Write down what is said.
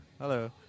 Hello